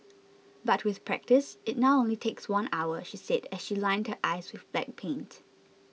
but with practice it now only takes one hour she said as she lined her eyes with black paint